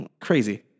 crazy